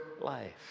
life